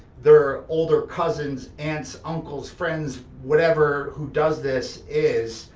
their older cousin's aunt's uncle's friend's whatever, who does this, is,